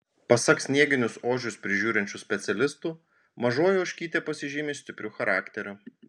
pasak snieginius ožius prižiūrinčių specialistų mažoji ožkytė pasižymi stipriu charakteriu